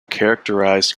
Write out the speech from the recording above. characterized